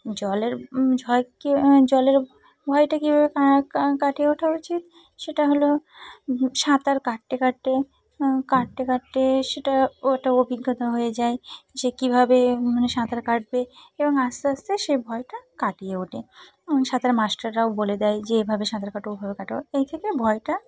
জলের ঝয়কে জলের ভয়টা কীভাবে কা কা কাটিয়ে ওঠা উচিত সেটা হলো সাঁতার কাটতে কাটতে কাটতে কাটতে সেটা ওটা অভিজ্ঞতা হয়ে যায় যে কীভাবে মানে সাঁতার কাটবে এবং আস্তে আস্তে সে ভয়টা কাটিয়ে ওঠে এবং সাঁতার মাস্টাররাও বলে দেয় যে এভাবে সাঁতার কাটো ওভাবে কাটো এই থেকে ভয়টা